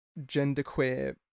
genderqueer